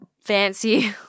fancy